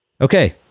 Okay